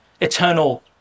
eternal